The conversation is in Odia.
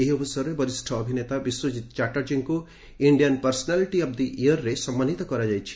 ଏହି ଅବସରରେ ବରିଷ୍ଠ ଅଭିନେତା ବିଶ୍ୱଜିତ ଚାଟାର୍ଜୀଙ୍କୁ 'ଇଣ୍ଡିଆନ୍ ପର୍ସନାଲିଟି ଅଫ୍ ଦି ଇୟର'ରେ ସମ୍ମାନିତ କରାଯାଇଛି